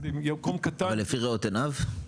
אם זה יישוב קטן -- זה לפי ראות עיניו?